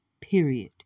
period